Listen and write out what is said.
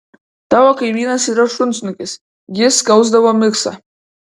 tavo kaimynas yra šunsnukis jis skausdavo miksą